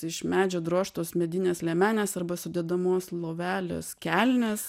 iš medžio drožtos medinės liemenės arba sudedamos lovelės kelnes